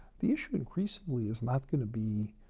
the issue increasingly is not going to be